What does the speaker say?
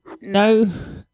no